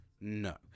no